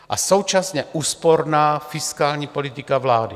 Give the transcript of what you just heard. A současně úsporná fiskální politika vlády.